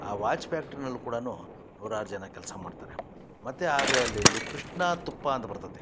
ಆ ವಾಚ್ ಫ್ಯಾಕ್ಟ್ರಿನಲ್ಲಿ ಕೂಡನು ನೂರಾರು ಜನ ಕೆಲಸ ಮಾಡ್ತಾರೆ ಮತ್ತು ಹಾಗೆ ಅಲ್ಲಿಂದು ಕೃಷ್ಣ ತುಪ್ಪ ಅಂತ ಬರ್ತದೆ